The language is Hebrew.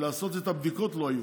לעשות את הבדיקות לא היו,